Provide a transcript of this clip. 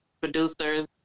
producers